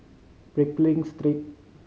Pickering Street